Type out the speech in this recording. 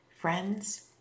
friends